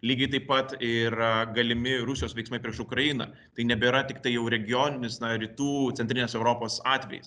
lygiai taip pat ir galimi rusijos veiksmai prieš ukrainą tai nebėra tiktai jau regioninis na rytų centrinės europos atvejis